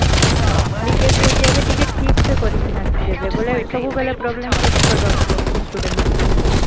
ହଉ ଲିକେଜ୍ ହେଉଛି ଏବେ ଟିକେ ଠିକ୍ ସେ କରିକିନା ଦେବେ ବୋଲେ ସବୁ ବେଳେ ପ୍ରୋବ୍ଲେମ ଫେସ୍ କରିବାକୁ ପଡ଼ୁଛି ସ୍ଟୁଡ଼େଣ୍ଟ୍ ମାନଙ୍କୁ